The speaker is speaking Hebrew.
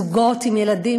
זוגות עם ילדים,